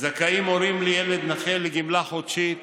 זכאים הורים לילד נכה לגמלה חודשית